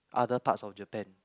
other parts of Japan